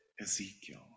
Ezekiel